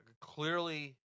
Clearly